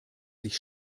sich